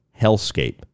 hellscape